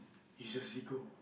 he's a sicko